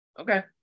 Okay